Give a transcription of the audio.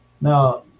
Now